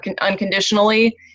unconditionally